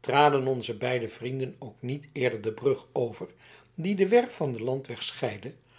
traden onze beide vrienden ook niet eerder de brug over die de werf van den landweg scheidde